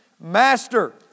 Master